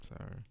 Sorry